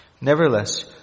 Nevertheless